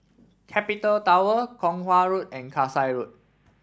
Capital Tower Kong Hwa Road and Kasai Road